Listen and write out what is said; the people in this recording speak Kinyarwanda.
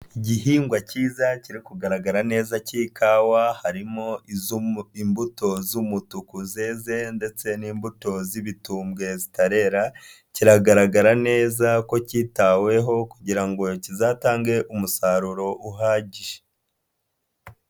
Igihingwa cyiza kiri kugaragara neza cy'ikawa, harimo izo, imbuto z'umutuku zeze ndetse n'imbuto z'ibitumbwe zitarera, kiragaragara neza ko kitaweho kugira ngo kizatange umusaruro uhagije.